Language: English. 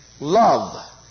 Love